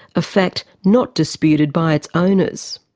a fact not disputed by its owners.